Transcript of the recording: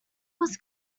was